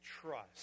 trust